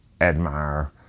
admire